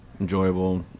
enjoyable